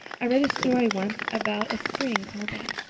i read a story once about a spring called that.